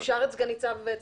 אני